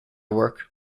work